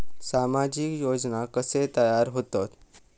सामाजिक योजना कसे तयार होतत?